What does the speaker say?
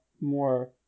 more